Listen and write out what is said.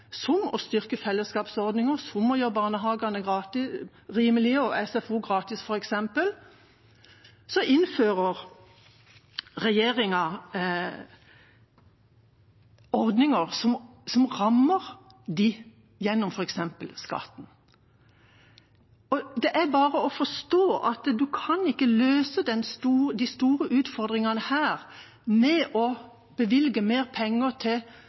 barnehagene rimelige og SFO gratis, f.eks., innfører regjeringa ordninger som rammer dem gjennom f.eks. skatten. Det er bare å forstå at en ikke kan løse disse store utfordringene med å bevilge mer penger til